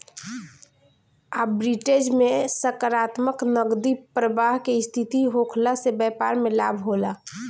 arbitrage में सकारात्मक नगदी प्रबाह के स्थिति होखला से बैपार में लाभ होला